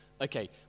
Okay